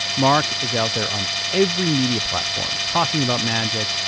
mark is out there on every media platform talking about magic,